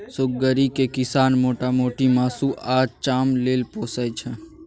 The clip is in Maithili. सुग्गरि केँ किसान मोटा मोटी मासु आ चाम लेल पोसय छै